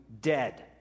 dead